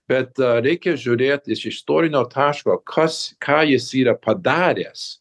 bet reikia žiūrėti iš istorinio taško kas ką jis yra padaręs